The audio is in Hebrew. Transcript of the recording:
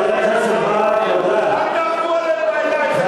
אתה מפריע לראש סיעתך לנמק את ההתנגדות שלו לחוק.